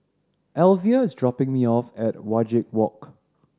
Alvia is dropping me off at Wajek Walk